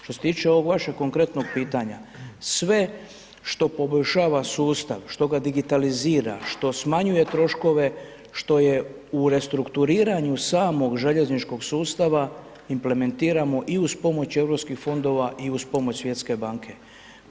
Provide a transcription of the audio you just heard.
Što se tiče ovog vašeg konkretnog pitanja, sve što poboljšava sustav što ga digitalizira, što smanjuje troškove, što je u restrukturiranju samog željezničkog sustava implementiramo i iz pomoć Europskih fondova i uz pomoć Svjetske banke.